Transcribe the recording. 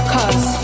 Cause